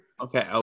okay